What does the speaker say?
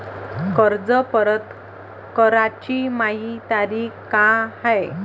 कर्ज परत कराची मायी तारीख का हाय?